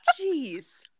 Jeez